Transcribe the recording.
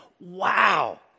wow